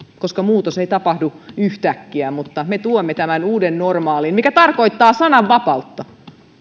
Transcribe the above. koska muutos ei tapahdu yhtäkkiä mutta me tuomme tämän uuden normaalin mikä tarkoittaa sananvapautta